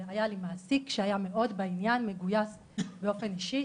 היה לי מעסיק שהיה מאוד בעניין, מגויס באופן אישי,